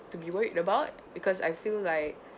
to be worried about because I feel like